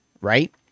right